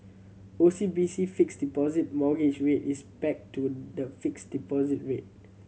O C B C Fixed Deposit Mortgage Rate is pegged to the fixed deposit rate